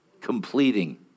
completing